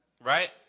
Right